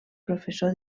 professor